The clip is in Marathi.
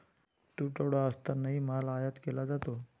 तुटवडा असतानाही माल आयात केला जातो